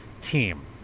team